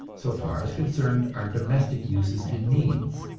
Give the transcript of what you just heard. so far as concerned our domestic uses and needs.